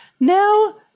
now